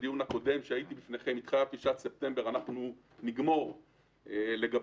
בדיון הקודם בפניכם התחייבתי שעד ספטמבר נגמור לגבש